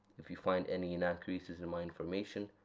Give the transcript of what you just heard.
if you find any inaccuracies in my information,